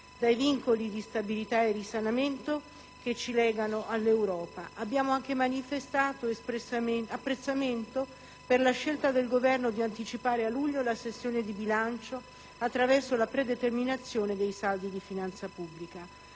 dai vincoli di stabilità e risanamento che ci legano all'Europa. Abbiamo anche manifestato apprezzamento per la scelta del Governo di anticipare a luglio la sessione di bilancio attraverso la predeterminazione dei saldi di finanza pubblica,